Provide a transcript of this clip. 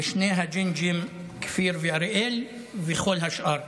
ושני הג'ינג'ים, כפיר ואריאל, וכל השאר.